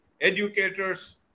educators